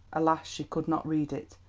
alas! she could not read it,